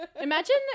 imagine